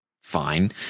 fine